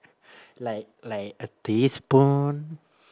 like like a teaspoon